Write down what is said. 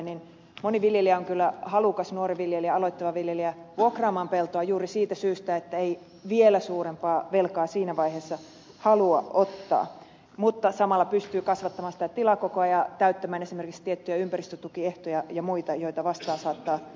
niin moni nuori aloittava viljelijä on kyllä halukas vuokraamaan peltoa juuri siitä syystä että ei vielä suurempaa velkaa siinä vaiheessa halua ottaa mutta samalla pystyy kasvattamaan sitä tilakokoa ja täyttämään esimerkiksi tiettyjä ympäristötukiehtoja ja muita joita vastaan saattaa tulla